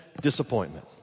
disappointment